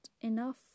enough